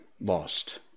lost